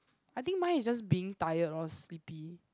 I think mine is just being tired loh sleepy